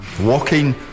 walking